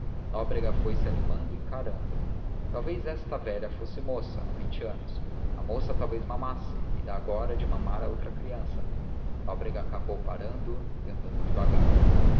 mesma nóbrega foi-se animando e encarando talvez esta velha fosse moça há vinte anos a moça talvez mamasse e dá agora de mamar a outra criança nóbrega acabou parando e andando devagar